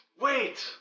wait